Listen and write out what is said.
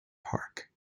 park